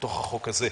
בתוך החוק הזה.